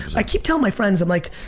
i keep telling my friends, i'm like,